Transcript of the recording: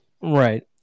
Right